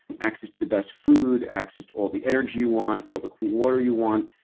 access to the best food, access to all the energy you want, all the clear water you want,